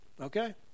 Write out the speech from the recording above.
okay